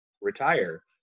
retire